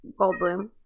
Goldblum